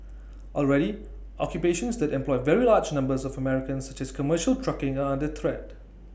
already occupations that employ very large numbers of Americans such as commercial trucking are under threat